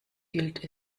gilt